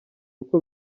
uko